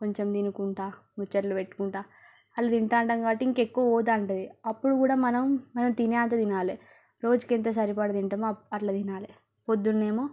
కొంచెం తినుకుంటూ ముచ్చట్లు పెట్టుకుంటూ అలా తింటుంటాము కాబట్టి ఇంకా ఎక్కువ పోతుంటుంది అప్పుడు కూడా మనం మనం తినే అంత తినాలి రోజుకి ఎంత సరిపడా తింటామో అ అట్ల తినాలి పొద్దున్న ఏమో